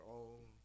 own